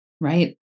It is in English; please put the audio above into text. Right